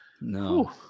no